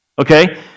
okay